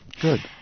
Good